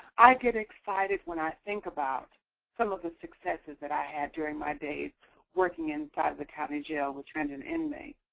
i get excited when i think about some of the successes that i had during my days working inside the county jail with transgender inmates.